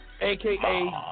aka